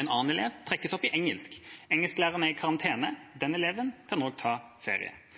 En annen elev trekkes ut til engelsk. Engelsklæreren er i karantene, og den eleven kan også ta ferie.